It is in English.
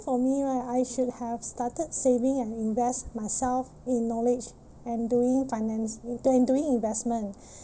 for me right I should have started saving and invest myself in knowledge and doing finance in d~ in doing investment